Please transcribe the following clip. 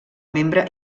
membre